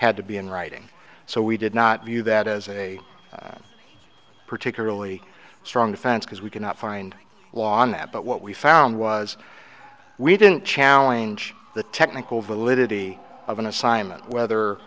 had to be in writing so we did not view that as a particularly strong defense because we cannot find a law on that but what we found was we didn't challenge the technical validity of an assignment whether